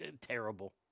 terrible